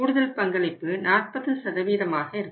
கூடுதல் பங்களிப்பு 40 ஆக இருக்கும்